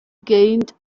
gained